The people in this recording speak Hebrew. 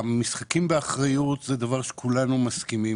המשחקים באחריות זה דבר שכולנו מסכימים.